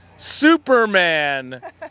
Superman